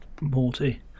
Morty